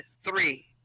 three